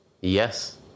Yes